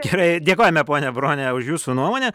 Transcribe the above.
gerai dėkojame ponia brone už jūsų nuomonę